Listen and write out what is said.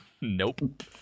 Nope